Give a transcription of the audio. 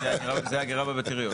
זה אגירה בבטריות.